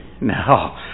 No